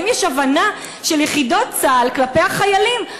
האם יש הבנה של יחידות צה"ל כלפי החיילים?